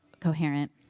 coherent